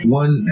one